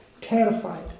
Terrified